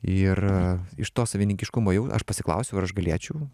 ir iš to savininkiškumo ėjau aš pasiklausiau ar aš galėčiau